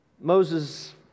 Moses